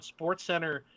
SportsCenter